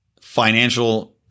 financial